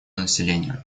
население